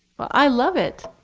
well, i love it.